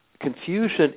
confusion